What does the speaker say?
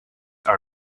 are